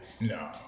no